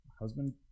husband